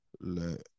let